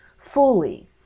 fully